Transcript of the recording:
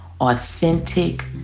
authentic